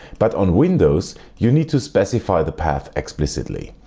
but on windows you need to specify the path explicitly.